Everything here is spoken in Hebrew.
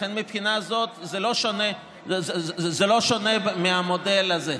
לכן, מהבחינה הזאת זה לא שונה מהמודל הזה.